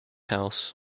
house